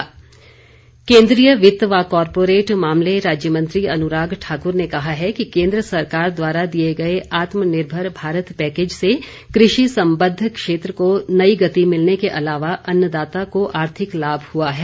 अनुराग ठाकुर केन्द्रीय वित्त व कॉरपोरेट मामले राज्य मंत्री अनुराग ठाकुर ने कहा है कि केन्द्र सरकार द्वारा दिए गए आत्मनिर्भर भारत पैकेज से कृषि संबद्ध क्षेत्र को नई गति मिलने के अलावा अन्नदाता को आर्थिक लाभ हुआ है